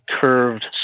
curved